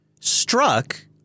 struck